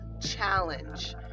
challenge